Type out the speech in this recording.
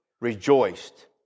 rejoiced